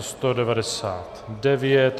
199.